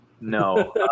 no